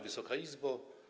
Wysoka Izbo!